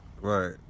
right